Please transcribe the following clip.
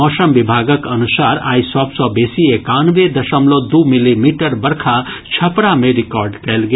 मौसम विभागक अनुसार आइ सभ सँ बेसी एकानवे दशमलव दू मिलीमीटर बरखा छपरा मे रिकॉर्ड कयल गेल